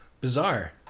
bizarre